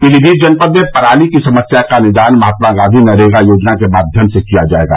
पीलीभीत जनपद में पराली की समस्या का निदान महात्मा गांधी नरेगा योजना के माध्यम से किया जायेगा